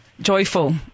joyful